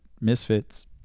Misfits